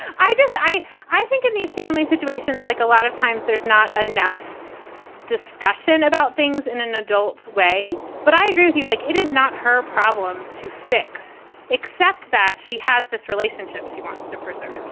i just i, i think in these family situations, like a lot of times there's not enough discussion about things in an adult way. but i agree with you like it is not her problem to fix except that she has this relationship she wants to person